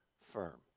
firm